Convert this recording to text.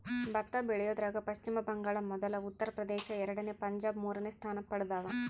ಭತ್ತ ಬೆಳಿಯೋದ್ರಾಗ ಪಚ್ಚಿಮ ಬಂಗಾಳ ಮೊದಲ ಉತ್ತರ ಪ್ರದೇಶ ಎರಡನೇ ಪಂಜಾಬ್ ಮೂರನೇ ಸ್ಥಾನ ಪಡ್ದವ